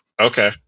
Okay